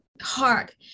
hard